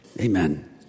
Amen